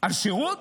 על שירות?